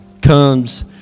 comes